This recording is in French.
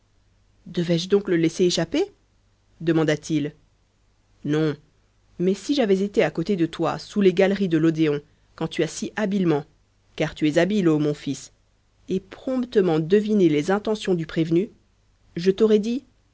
devais-je donc le laisser échapper demanda-t-il non mais si j'avais été à côté de toi sous les galeries de l'odéon quand tu as si habilement car tu es habile ô mon fils et promptement deviné les intentions du prévenu je t'aurais dit